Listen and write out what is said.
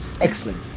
excellent